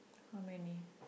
how many